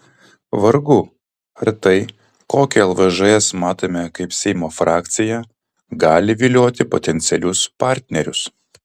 vargu ar tai kokią lvžs matome kaip seimo frakciją gali vilioti potencialius partnerius